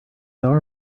our